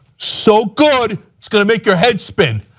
so good. it is going to make your head spin.